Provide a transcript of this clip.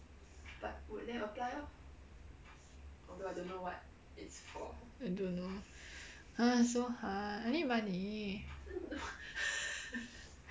I don't know !huh! so hard I need money